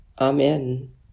Amen